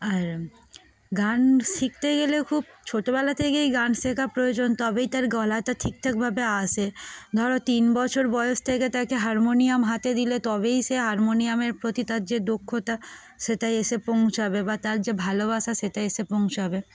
আর গান শিখতে গেলে খুব ছোটোবেলা থেকেই গান শেখা প্রয়োজন তবেই তার গলাটা ঠিক ঠাকভাবে আসে ধরো তিন বছর বয়স থেকে তাকে হারমোনিয়াম হাতে দিলে তবেই সে হারমোনিয়ামের প্রতি তার যে দক্ষতা সেটাই এসে পৌঁছাবে বা তার যে ভালোবাসা সেটা এসে পৌঁছাবে